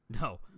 No